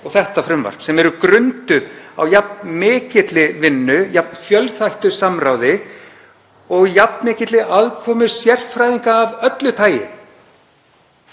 og þetta frumvarp, sem eru grunduð á jafn mikilli vinnu, jafn fjölþættu samráði og jafn mikilli aðkomu sérfræðinga af öllu tagi.